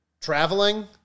traveling